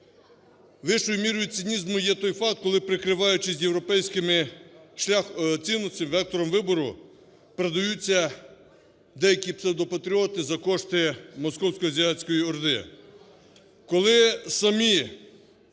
вищою мірою цинізму є той факт, коли, прикриваючись європейськими цінностями, вектором вибору, продаються деякіпсевдопатріоти за кошти московсько-азіатської орди.